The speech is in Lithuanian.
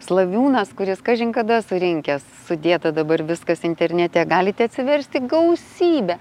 slaviūnas kuris kažin kada surinkęs sudėta dabar viskas internete galite atsiversti gausybę